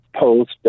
post